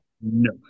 no